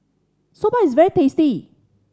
soba is very tasty